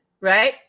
right